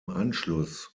anschluss